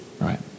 right